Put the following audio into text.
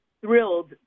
thrilled